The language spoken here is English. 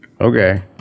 Okay